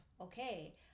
okay